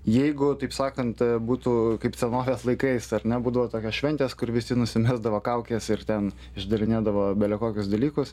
jeigu taip sakant būtų kaip senovės laikais ar ne būdavo tokios šventės kur visi nusimesdavo kaukes ir ten išdarinėdavo belekokius dalykus